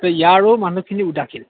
ত' ইয়াৰো মানুহখিনি উদাসীন